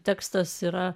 tekstas yra